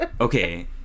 okay